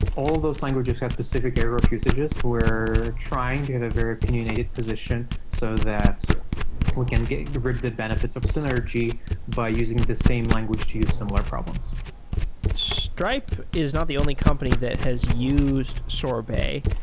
all of those languages have specific area of usages. we're trying to have a very opinionated position so that we can rip the benefits of synergy by using the same language to use similar problems stripe is not the only company that has used sorbet.